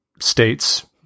states